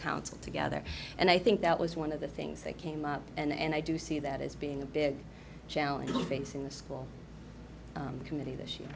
council together and i think that was one of the things that came up and i do see that as being a big challenge facing the school committee this year